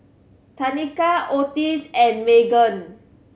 Tanika Otis and Meghann